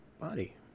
body